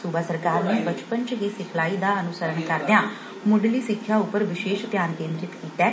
ਸੂਬਾ ਸਰਕਾਰ ਨੇ ਬਚਪਨ ਚ ਹੀ ਸਿਖਲਾਈ ਦਾ ਅਨੁਸਰਨ ਕਰਦਿਆਂ ਮੁੱਢਲੀ ਸਿੱਖਿਆ ਉਪਰ ਵਿਸ਼ੇਸ਼ ਧਿਆਨ ਕੇ ਂਦਰਿਤ ਕੀਤਾ ਗਿਐ